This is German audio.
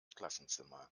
klassenzimmer